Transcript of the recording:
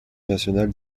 nationale